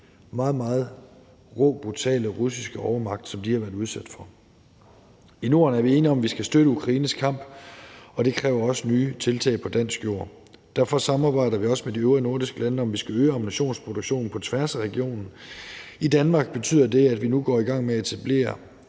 meget, meget rå og brutale russiske overmagt, som de har været udsat for. Kl. 11:07 I Norden er vi enige om, at vi skal støtte Ukraines kamp, og det kræver også nye tiltag på dansk jord. Derfor samarbejder vi også med de øvrige nordiske lande om, at vi skal øge ammunitionsproduktionen på tværs af regionen. I Danmark betyder det, at vi nu går i gang med at facilitetere